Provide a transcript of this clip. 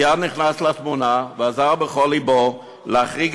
מייד נכנס לתמונה ועזר בכל לבו להחריג